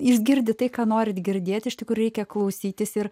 jis girdi tai ką norite girdėti iš tikro reikia klausytis ir